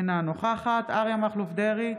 אינה נוכחת אריה מכלוף דרעי,